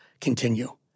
continue